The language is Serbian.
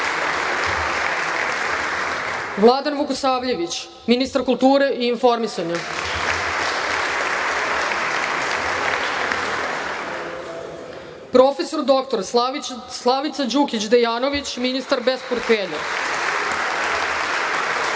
Vladan Vukosavljević, ministar kulture i informisanja, prof. dr Slavica Đukić Dejanović, ministar bez portfelja,